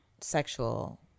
sexual